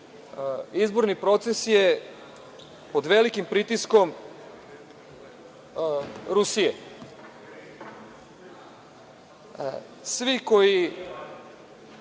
izborni proces je pod velikim pritiskom Rusije. Svi koji